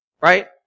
right